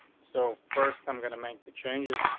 so first i'm gonna make the changes,